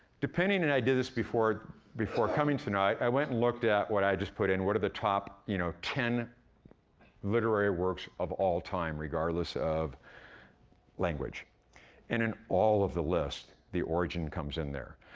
depending and i did this before before coming tonight. i went and looked at what i just put in, what are the top, you know, ten literary works of all time, regardless of language. and in all of the lists, the origin comes in there.